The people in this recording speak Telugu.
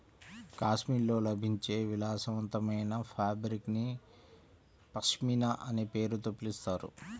కాశ్మీర్లో లభించే విలాసవంతమైన ఫాబ్రిక్ ని పష్మినా అనే పేరుతో పిలుస్తారు